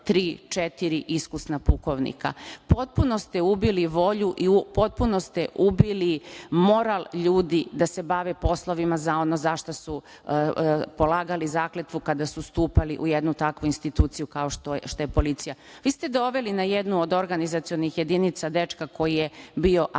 iskusna pukovnika. Potpuno ste ubili volju i potpuno ste ubili moral ljudi da se bave poslovima, za ono za šta su polagali zakletvu kada su stupali u jednu takvu instituciju kao što je policija. Vi ste doveli na jednu od organizacionih jedinica dečka koji je bio agent